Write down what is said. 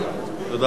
תודה רבה.